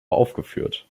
aufgeführt